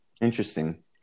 Interesting